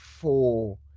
Four